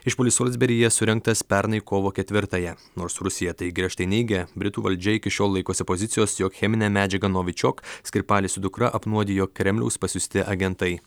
išpuolis solsberyje surengtas pernai kovo ketvirtąją nors rusija tai griežtai neigia britų valdžia iki šiol laikosi pozicijos jog chemine medžiaga novičiok skripalį su dukra apnuodijo kremliaus pasiųsti agentai